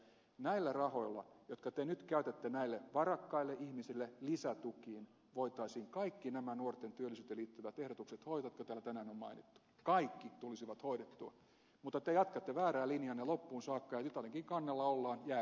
näillä rahoilla jotka te nyt käytätte näiden varakkaiden ihmisten lisätukiin voitaisiin kaikki nämä nuorten työllisyyteen liittyvät ehdotukset hoitaa jotka täällä tänään on mainittu kaikki tulisivat hoidettua mutta te jatkatte väärää linjaanne loppuun saakka